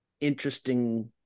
interesting